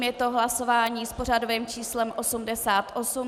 Je to hlasování s pořadovým číslem 88.